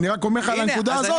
אני רק מעלה את הנקודה הזאת.